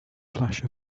flash